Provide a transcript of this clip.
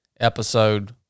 episode